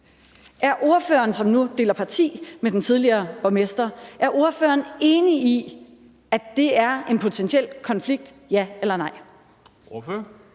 Er ordføreren, som nu deler parti med den tidligere borgmester, enig i, at det er en potentiel konflikt – ja eller nej? Kl.